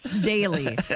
daily